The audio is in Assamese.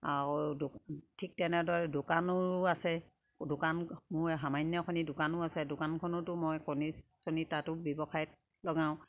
আৰু ঠিক তেনেদৰে দোকানো আছে দোকান মোৰ সামান্যখনি দোকানো আছে দোকানখনতো মই কণী চনিৰ তাতো ব্যৱসায়ত লগাওঁ